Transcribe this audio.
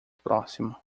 próximo